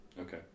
Okay